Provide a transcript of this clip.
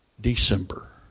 December